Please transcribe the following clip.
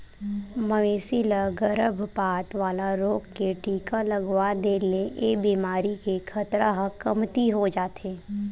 मवेशी ल गरभपात वाला रोग के टीका लगवा दे ले ए बेमारी के खतरा ह कमती हो जाथे